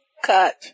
cut